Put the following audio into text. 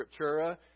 scriptura